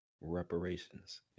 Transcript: reparations